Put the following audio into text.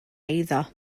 eiddo